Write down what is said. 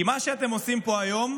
כי מה שאתם עושים פה היום